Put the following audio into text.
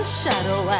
shadow